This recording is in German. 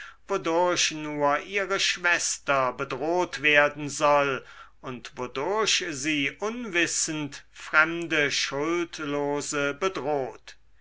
ihre schwester bedroht werden soll und wodurch sie unwissend fremde schuldlose bedroht